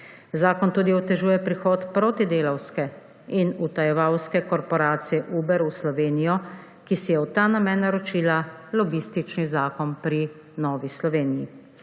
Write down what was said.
Zakon tudi otežuje prihod protidelavske in utajevalske korporacije Uber v Slovenijo, ki si je v ta namen naročila lobistični zakon pri Novi Sloveniji.